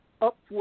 up